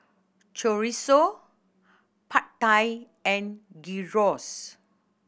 Chorizo Pad Thai and Gyros